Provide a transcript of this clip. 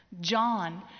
John